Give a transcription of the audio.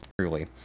Truly